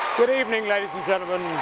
good evening ladies and gentlemen.